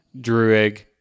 Druig